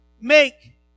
Make